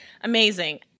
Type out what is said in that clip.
Amazing